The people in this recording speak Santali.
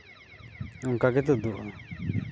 ᱚᱱᱠᱟ ᱜᱮ ᱛᱩᱫᱩᱜᱼᱟ